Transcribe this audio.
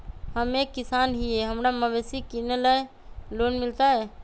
हम एक किसान हिए हमरा मवेसी किनैले लोन मिलतै?